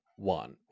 one